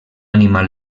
animal